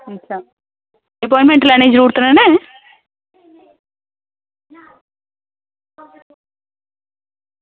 अच्छा अप्वाईनमेंट लैने दी जरूरत नना